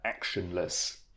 actionless